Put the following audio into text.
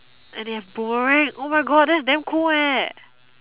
and they have boomerang oh my God that's damn cool eh